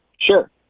Sure